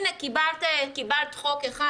הנה קיבלת חוק אחד,